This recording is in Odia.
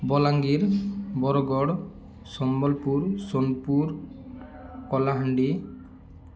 ବଲାଙ୍ଗୀର ବରଗଡ଼ ସମ୍ବଲପୁର ସୋନପୁର କଳାହାଣ୍ଡି